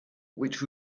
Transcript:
which